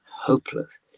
hopeless